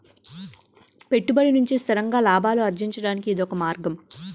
పెట్టుబడి నుంచి స్థిరంగా లాభాలు అర్జించడానికి ఇదొక మార్గం